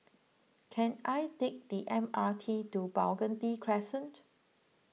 can I take the M R T to Burgundy Crescent